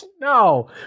No